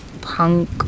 punk